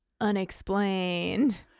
unexplained